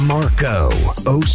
Marco